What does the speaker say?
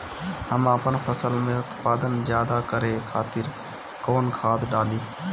हम आपन फसल में उत्पादन ज्यदा करे खातिर कौन खाद डाली?